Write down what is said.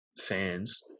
fans